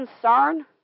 concern